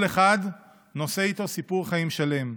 כל אחד נושא איתו סיפור חיים שלם,